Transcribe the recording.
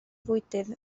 fwydydd